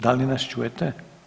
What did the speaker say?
Da li nas čujete?